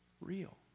real